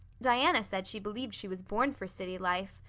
diana said she believed she was born for city life.